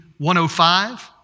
105